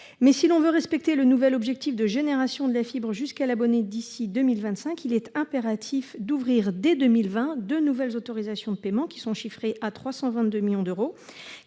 mais, si l'on veut respecter le nouvel objectif de généralisation de la fibre jusqu'à l'abonné d'ici à 2025, il est impératif d'ouvrir dès 2020 de nouvelles autorisations d'engagement à hauteur de 322 millions d'euros.